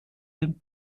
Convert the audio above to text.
den